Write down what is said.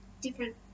different